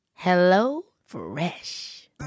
HelloFresh